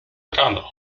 rano